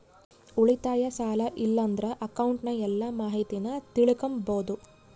ಉಳಿತಾಯ, ಸಾಲ ಇಲ್ಲಂದ್ರ ಅಕೌಂಟ್ನ ಎಲ್ಲ ಮಾಹಿತೀನ ತಿಳಿಕಂಬಾದು